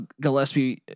Gillespie